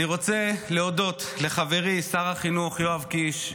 אני רוצה להודות לחברי שר החינוך יואב קיש,